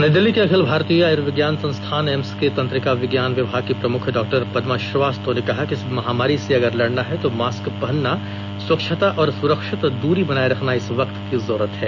नई दिल्ली के अखिल भारतीय आयुर्विज्ञान संस्थान एम्स के तंत्रिका विज्ञान विभाग की प्रमुख डॉक्टर पदमा श्रीवास्तव ने कहा कि इस महामारी से अगर लड़ना है तो मास्क पहनना स्वच्छता और सुरक्षित दूरी बनाए रखना इस वक्त की जरूरत है